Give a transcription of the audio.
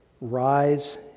rise